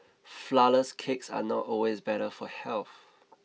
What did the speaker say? flourless cakes are not always better for health